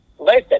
Listen